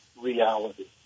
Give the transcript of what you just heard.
reality